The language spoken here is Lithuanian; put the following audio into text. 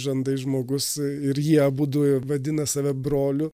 žandais žmogus ir jie abudu vadina save broliu